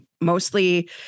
mostly